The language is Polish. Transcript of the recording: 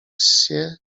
ssie